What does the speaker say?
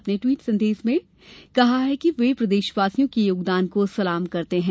अपने ट्वीट संदेश में श्री सिंह ने कहा कि वे प्रदेशवासियों के योगदान को सलाम करते हैं